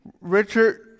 Richard